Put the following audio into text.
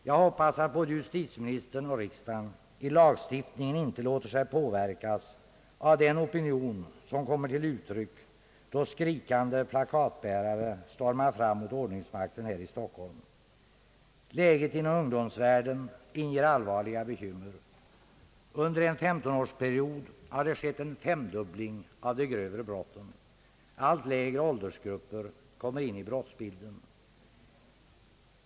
Jag hoppas att varken justitieministern eller riksdagen i lagstiftningen låter sig påverkas av den opinion som kommer till uttryck då skrikande plakatbärare stormar fram mot ordningsmakten här i Stockholm. — Läget inom ungdomsvärlden inger allvarliga bekymmer. Under en 15-årsperiod har de grövre brotten femdubblats. Allt lägre åldersgrupper kommer in i brottsbilden.